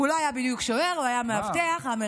הוא לא היה בדיוק שוער, הוא היה מאבטח אמריקאי